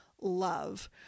love